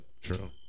True